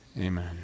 amen